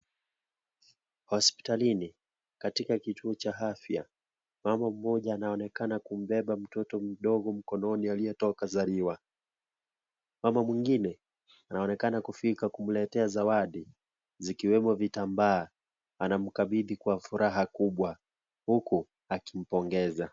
Hispitalini, katika kituo cha afya, Mama mmoja anaonekana kumbeba mtoto mdogo mkononi aliyetoka zaliwa. Mama mwingine anaonekana kufika kumletea zawadi zikiwemo vitambaa, anamkabithi kwa furaha kubwa huku akimpongeza.